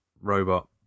robot